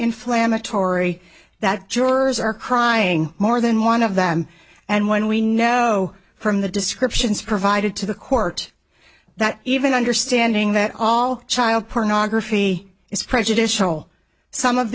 inflammatory that jurors are crying more than one of them and when we know from the descriptions provided to the court that even understanding that all child pornography is prejudicial some of